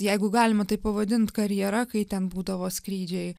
jeigu galima taip pavadint karjera kai ten būdavo skrydžiai